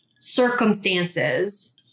circumstances